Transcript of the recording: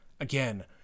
again